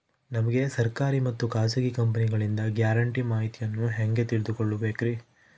ನಮಗೆ ಸರ್ಕಾರಿ ಮತ್ತು ಖಾಸಗಿ ಕಂಪನಿಗಳಿಂದ ಗ್ಯಾರಂಟಿ ಮಾಹಿತಿಯನ್ನು ಹೆಂಗೆ ತಿಳಿದುಕೊಳ್ಳಬೇಕ್ರಿ?